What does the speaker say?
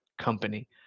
Company